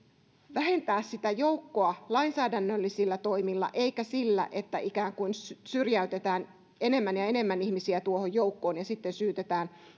vähentää sitä joukkoa lainsäädännöllisillä toimilla eikä sillä että ikään kuin syrjäytetään enemmän ja enemmän ihmisiä tuohon joukkoon ja sitten syytetään